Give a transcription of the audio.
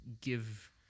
give